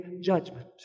judgment